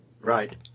Right